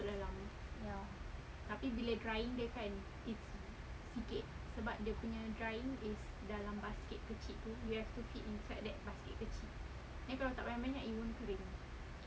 ya